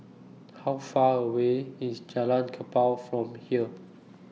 How Far away IS Jalan Kapal from here